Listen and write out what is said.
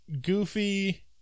goofy